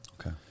Okay